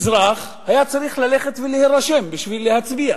האזרח היה צריך ללכת להירשם בשביל להצביע.